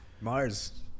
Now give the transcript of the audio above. Mars